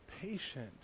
patient